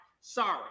sorry